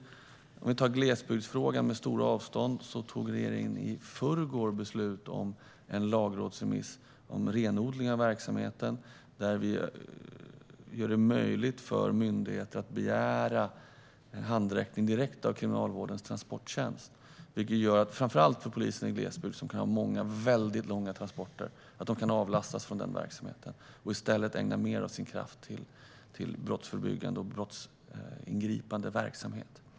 När det gäller glesbygdsfrågan och de stora avstånden fattade regeringen i förrgår beslut om en lagrådsremiss om renodling av verksamheten för att göra det möjligt för myndigheten att begära handräckning direkt av Kriminalvårdens transporttjänst. Det gör att framför allt polisen i glesbygd, som kan ha många väldigt långa transporter, kan avlastas från den verksamheten och i stället ägna mer av sin kraft åt brottsförebyggande och brottsingripande verksamhet.